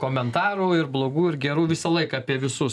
komentarų ir blogų ir gerų visą laiką apie visus